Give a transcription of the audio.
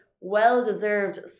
well-deserved